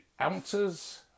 ounces